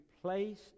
place